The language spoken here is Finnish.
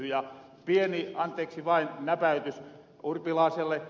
ja pieni anteeksi vain näpäytys urpilaiselle